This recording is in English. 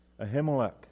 Ahimelech